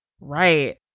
Right